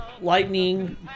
Lightning